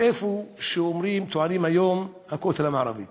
איפה שטוענים היום שהוא הכותל המערבי